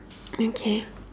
okay